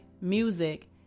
music